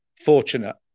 fortunate